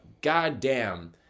goddamn